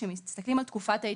כשמסתכלים על תקופת ההתייחסות.